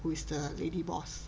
who is the lady boss